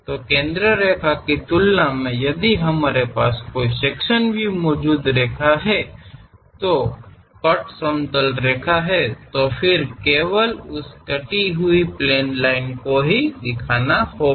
तो केंद्र रेखा की तुलना में यदि हमारे पास कोई सेक्शन व्यू मौजूद रेखा है और कट समतल रेखा हैं तो फिर को केवल उस कटी हुई प्लेन लाइन को ही दिखाना होगा